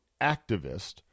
activist